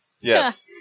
Yes